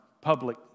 public